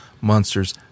monsters